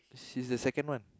she's the second one